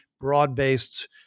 broad-based